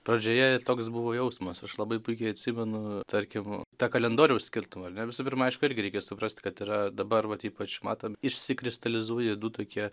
pradžioje ir toks buvo jausmas aš labai puikiai atsimenu tarkim tą kalendoriaus skirtumą ar ne visų pirma aišku irgi reikia suprast kad yra dabar vat ypač matom išsikristalizuoja du tokie